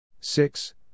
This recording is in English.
six